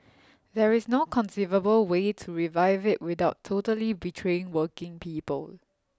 there is no conceivable way to revive it without totally betraying working people